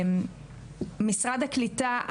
משרד הקליטה והעלייה,